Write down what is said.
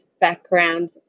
background